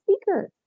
speaker